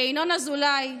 לינון אזולאי,